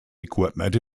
equipment